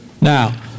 Now